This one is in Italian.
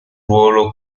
ruolo